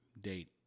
date